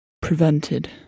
prevented